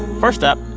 first up,